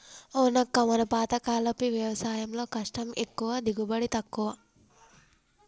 అవునక్క మన పాతకాలపు వ్యవసాయంలో కష్టం ఎక్కువ దిగుబడి తక్కువ